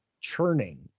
churning